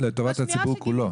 לטובת הציבור כולו.